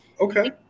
okay